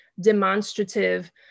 demonstrative